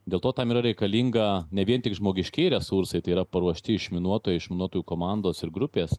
dėl to tam yra reikalinga ne vien tik žmogiškieji resursai tai yra paruošti išminuotojai išminuotojų komandos ir grupės